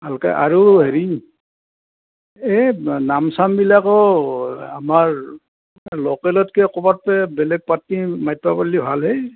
ভালকৈ আৰু হেৰি এই নাম চাম বিলাকত আমাৰ ল'কেলতকৈ ক'ৰবাৰ বেলেগ পাৰ্টি মাতিব পাৰিলে ভালহেই